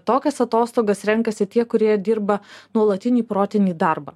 tokias atostogas renkasi tie kurie dirba nuolatinį protinį darbą